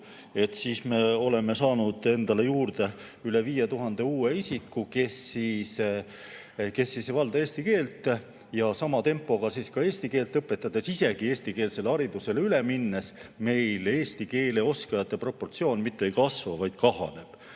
siis me oleme saanud endale juurde üle 5000 uue isiku, kes ei valda eesti keelt. Kui [jätkub] sama tempo, siis ka eesti keelt õpetades, isegi eestikeelsele haridusele üle minnes meil eesti keele oskajate [arv] proportsioonis mitte ei kasva, vaid kahaneb.